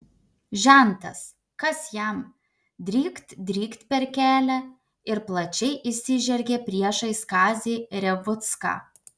žentas kas jam drykt drykt per kelią ir plačiai išsižergė priešais kazį revucką